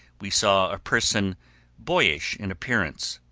we saw a person boyish in appearance,